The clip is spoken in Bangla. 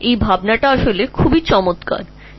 এই ধারণাটি আসলে অসাধারন